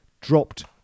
dropped